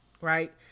right